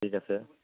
ঠিক আছে